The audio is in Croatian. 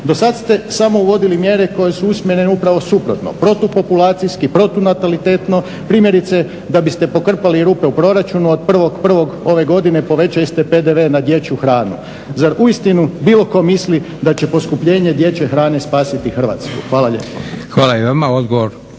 Dosad ste samo uvodili mjere koje su usmjerene upravo suprotno protupopulacijski, protunatalitetno, primjerice da biste pokrpali rupe u proračunu od 1.01. ove godine povećali ste PDV na dječju hranu. Zar uistinu bilo tko misli da će poskupljenje dječje hrane spasiti Hrvatsku? Hvala lijepo.